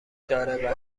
داره